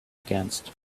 against